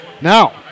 Now